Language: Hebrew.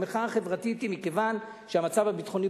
המחאה החברתית היא מכיוון שהמצב הביטחוני,